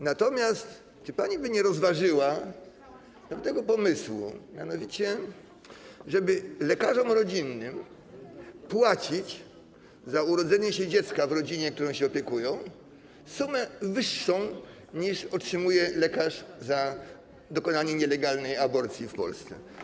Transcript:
Natomiast czy pani by nie rozważyła pomysłu, żeby lekarzom rodzinnym płacić za urodzenie się dziecka w rodzinie, którą się opiekują, sumę wyższą, niż otrzymuje lekarz za dokonanie nielegalnej aborcji w Polsce?